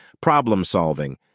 problem-solving